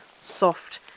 soft